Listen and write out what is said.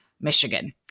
Michigan